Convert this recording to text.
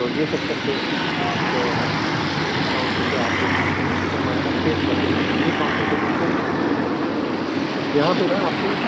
تو یہ سیکشن پہ کاؤنٹر پہ آپ دیکھ سکتے ہیں یہاں پر ہمارے پاس سیل چل رہی ہے یہ کاؤنٹر پہ دیکھیے آپ جی یہاں پہ نہ آپ کو